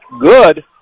good